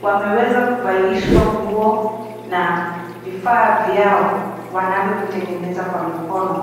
wameweza kuvalishwa nguo na vifaa vyao wanavyovitengeneza kwa mikono.